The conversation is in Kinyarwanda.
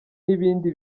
n’ibindi